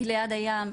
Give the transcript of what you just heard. היא ליד הים,